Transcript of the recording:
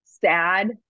sad